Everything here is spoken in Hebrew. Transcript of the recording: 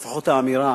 או לפחות האמירה